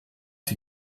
die